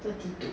thirty wo